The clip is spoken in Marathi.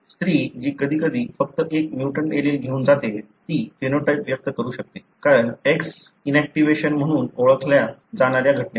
स्त्री जी कधीकधी फक्त एक म्युटंट एलील घेऊन जाते ती फेनोटाइप व्यक्त करू शकते कारण X इनऍक्टिव्हेशन म्हणून ओळखल्या जाणाऱ्या घटनेमुळे